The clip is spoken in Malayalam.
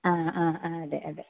ആ ആ അതെ അതെ